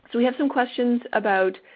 so we have some questions about